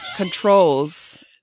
controls